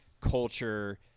culture